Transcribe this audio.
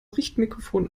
richtmikrofon